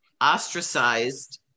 ostracized